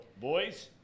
boys